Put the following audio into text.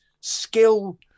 skill